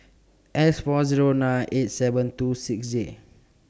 S four Zero nine eight seven two six Z